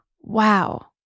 Wow